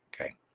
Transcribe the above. Okay